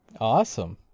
Awesome